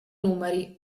numeri